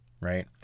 right